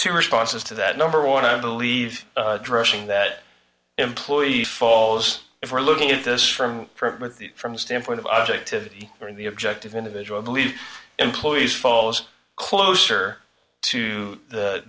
two responses to that number one i believe dressing that employee falls if we're looking at this from the from the standpoint of objectivity or in the objective individual believe employees falls closer to the